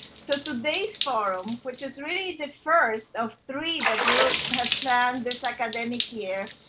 so today's forum, which is really the first of three that we'll have planned this academic year,